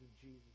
Jesus